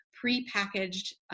pre-packaged